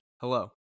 Hello